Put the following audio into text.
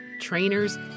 trainers